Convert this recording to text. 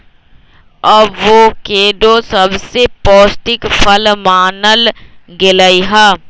avocado सबसे पौष्टिक फल मानल गेलई ह